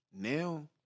Now